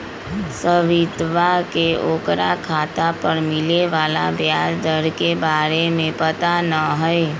सवितवा के ओकरा खाता पर मिले वाला ब्याज दर के बारे में पता ना हई